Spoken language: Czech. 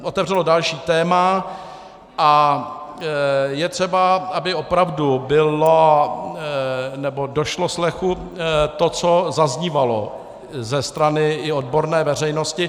Otevřelo další téma a je třeba, aby opravdu došlo slechu to, co zaznívalo i ze strany odborné veřejnosti.